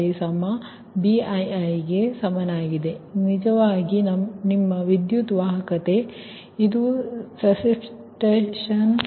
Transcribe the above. ಇದು ನಿಜವಾಗಿ ನಿಮ್ಮ ವಿದ್ಯುತ್ ವಾಹಕತೆ ಇದು ಸಸೆಪ್ಟನ್ಸ್